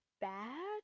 bad